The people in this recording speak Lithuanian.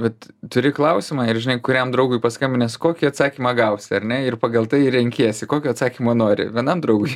vat turi klausimą ir žinai kuriam draugui paskambinęs kokį atsakymą gausi ar ne ir pagal tai renkiesi kokio atsakymo nori vienam draugui